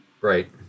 Right